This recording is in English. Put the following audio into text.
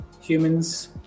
Humans